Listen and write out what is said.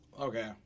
Okay